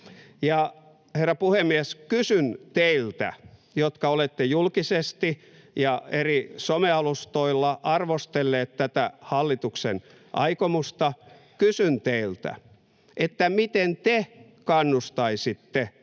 Herra puhemies! Kysyn teiltä, jotka olette julkisesti ja eri some-alustoilla arvostelleet tätä hallituksen aikomusta: miten te kannustaisitte taloudellisesti